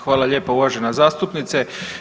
Hvala lijepo uvažena zastupnice.